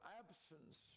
absence